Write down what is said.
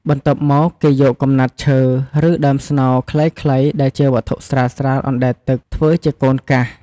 បន្ទាប់មកគេយកកំណាត់ឈើ ឬដើមស្នោរខ្លីៗ ដែលជាវត្ថុស្រាលៗអណ្ដែតទឹក ធ្វើជា "កូនកាស"។